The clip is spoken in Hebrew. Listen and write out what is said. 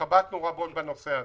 והתחבטנו רבות בנושא הזה.